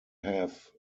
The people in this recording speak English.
have